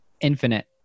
Infinite